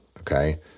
Okay